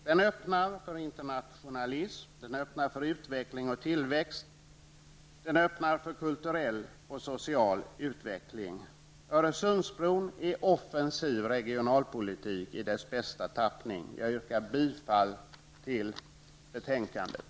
Det öppnar för internationalism, utveckling och tillväxt samt kulturell och social utveckling. Öresundsbron innebär offensiv regionalpolitik i dess bästa tappning. Jag yrkar bifall till utskottets hemställan.